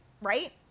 right